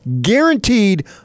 guaranteed